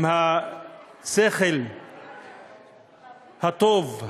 אם השכל הטוב,